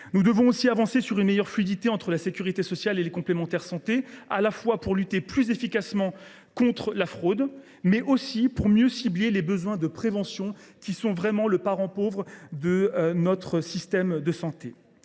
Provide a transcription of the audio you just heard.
nous devons aussi améliorer la fluidité entre la sécurité sociale et les complémentaires santé, tant pour lutter plus efficacement contre la fraude que pour mieux cibler les besoins de prévention, qui demeurent le parent pauvre de notre système de santé.